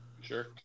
Sure